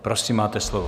Prosím, máte slovo.